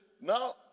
Now